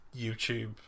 YouTube